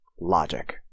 Logic